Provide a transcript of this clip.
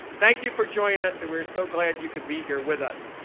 thank you for joining us, and we're so glad you could be here with us.